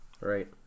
Right